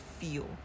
feel